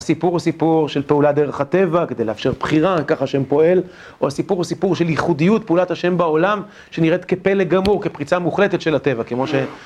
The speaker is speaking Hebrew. הסיפור הוא סיפור של פעולה דרך הטבע כדי לאפשר בחירה, ככה השם פועל או הסיפור הוא סיפור של ייחודיות פעולת השם בעולם שנראית כפלא גמור, כפריצה מוחלטת של הטבע כמו ש...